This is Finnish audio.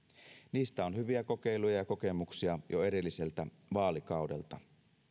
niistä on hyviä kokeiluja ja kokemuksia jo edelliseltä vaalikaudelta